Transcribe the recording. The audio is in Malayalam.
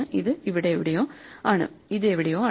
ഇത് എവിടെയോ ആണ് ഇത് എവിടെയോ ആണ്